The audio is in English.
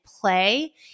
play